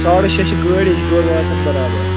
ساڑٕ شیٚے چھِ گٲڑۍ وِٮ۪جبیٛوٗر واتان برابر